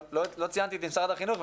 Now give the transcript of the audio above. אבל לא ציינתי את משרד החינוך.